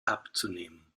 abzunehmen